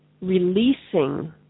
releasing